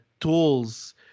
tools